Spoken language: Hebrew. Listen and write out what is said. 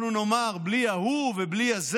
אנחנו נאמר: בלי ההוא ובלי הזה?